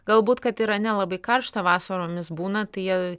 galbūt kad yra nelabai karšta vasaromis būna tai jie